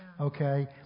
okay